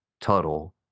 Tuttle